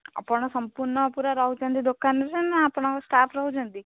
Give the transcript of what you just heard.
ଆପଣ ସଂପୂର୍ଣ୍ଣ ପୁରା ରହୁଛନ୍ତି ଦୋକାନରେ ନା ଆପଣଙ୍କ ଷ୍ଟାଫ୍ ରହୁଛନ୍ତି